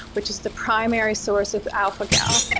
which is the primary source of alpha-gal.